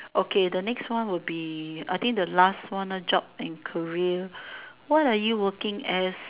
okay the next one will be I think the last one lah jobs and career what are you working as